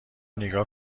نیگا